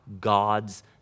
God's